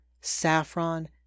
saffron